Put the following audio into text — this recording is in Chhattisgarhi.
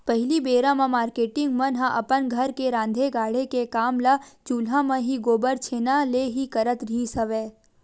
पहिली बेरा म मारकेटिंग मन ह अपन घर के राँधे गढ़े के काम ल चूल्हा म ही, गोबर छैना ले ही करत रिहिस हवय